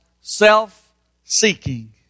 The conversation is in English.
self-seeking